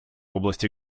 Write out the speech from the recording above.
области